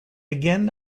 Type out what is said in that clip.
again